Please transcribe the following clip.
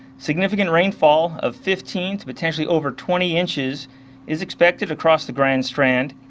significant rainfall of fifteen to potentially over twenty inches is expected across the grand strand,